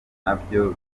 nabyo